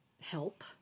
help